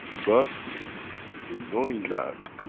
but in knowing that,